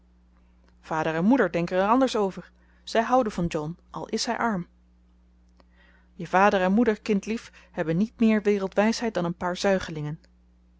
vader en moeder denken er anders over zij houden van john al is hij arm je vader en moeder kindlief hebben niet meer wereldwijsheid dan een paar